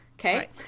Okay